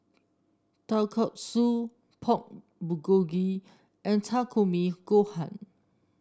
Kalguksu Pork Bulgogi and Takikomi Gohan